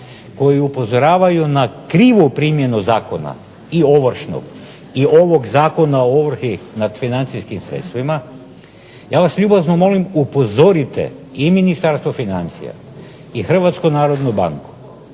koji upozoravaju na krivu primjenu Zakona i Ovršnog i ovog zakona o ovrhi nad financijskim sredstvima, ja vas molim upozorite i Ministarstvo financija i Hrvatsku narodnu banku